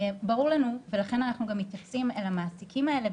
ברור לנו ולכן אנחנו גם מתייחסים אל המעסיקים האלה,